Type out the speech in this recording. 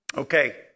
Okay